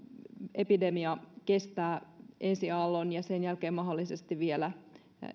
epidemia kestää ensi aallon ja sen jälkeen mahdollisesti vielä